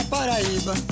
Paraíba